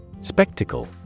Spectacle